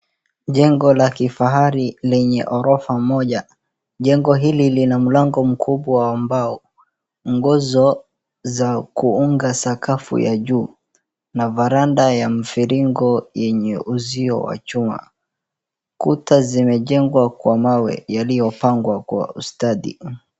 Jengo la kifahari lenye orofa moja. Jengo hili lina mlango mkubwa wa mbao, ngozo za kuunga sakafu ya juu na veranda ya mfiringo yenye uzio wa chuma. Kuta zimejengwa kwa mawe yaliyopangwa kwa ustadi.